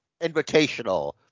Invitational